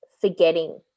forgetting